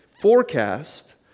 forecast